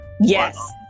Yes